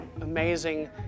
amazing